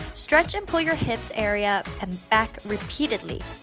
stretch and pull your hips area and back repeatedly.